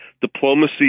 diplomacy